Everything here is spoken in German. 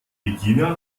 regina